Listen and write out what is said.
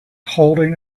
holding